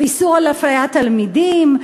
ואיסור על אפליית תלמידים,